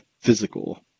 physical